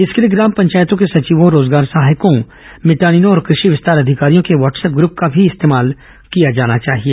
इसके लिए ग्राम पंचायतों के सचिवों रोजगार सहायकों मितानिनों और कृषि विस्तार अधिकारियों के व्हाटसएप ग्रप का भी इस्तेमाल किया जाना चाहिए